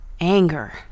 anger